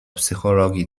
psychologii